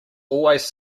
always